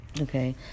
Okay